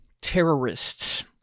terrorists